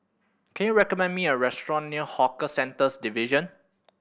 can you recommend me a restaurant near Hawker Centres Division